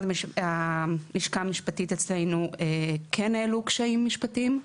הלשכה המשפטית אצלנו כן העלו קשיים משפטיים.